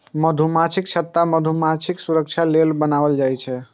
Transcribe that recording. मधुमाछीक छत्ता मधुमाछीक सुरक्षा लेल बनाएल जाइ छै